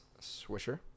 swisher